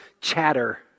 chatter